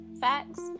facts